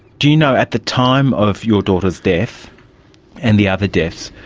do you know, at the time of your daughter's death and the other deaths,